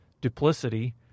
duplicity